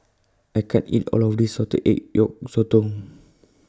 I can't eat All of This Salted Egg Yolk Sotong